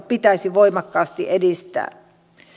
pitäisi voimakkaasti edistää